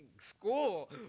school